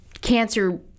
cancer